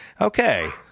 Okay